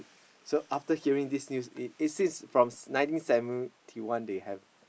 so after hearing this news it says from ninety seventy one they have